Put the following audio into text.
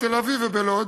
בתל-אביב ובלוד,